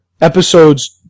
Episodes